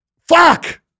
Fuck